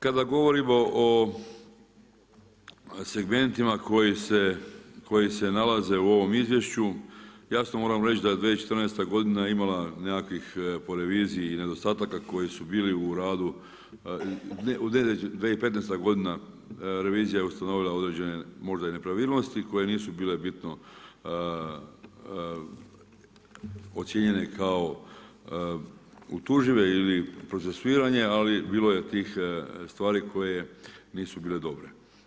Kada govorimo o segmentima koji se nalaze u ovome izvješću, jasno moramo reći da je 2014. godina imala nekakvih po reviziji nedostataka koji su bili u radu, 2015. godina revizija je ustanovila određene možda i nepravilnosti koje nisu bile bitno ocijenjene kao utužive ili procesuirane, ali bilo je tih stvari koje nisu bile dobre.